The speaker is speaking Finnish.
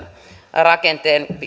rakenteita